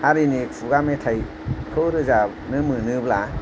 हारिनि खुगा मेथाइखौ रोजाबनो मोनोब्ला